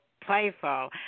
playful